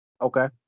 Okay